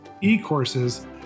e-courses